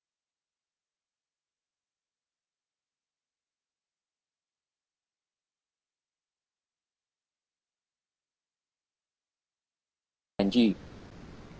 benji